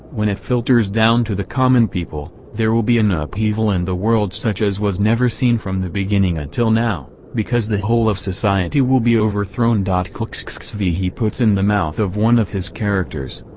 when it filters down to the common people, there will be an ah upheaval in the world such as was never seen from the beginning until now, because the whole of society will be overthrown clxxxvi he puts in the mouth of one of his characters,